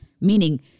Meaning